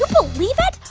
believe it?